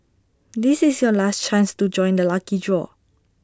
this is your last chance to join the lucky draw